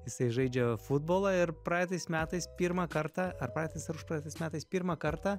jisai žaidžia futbolą ir praeitais metais pirmą kartą ar praeitais ar užpraeitais metais pirmą kartą